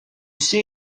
see